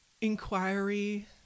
inquiry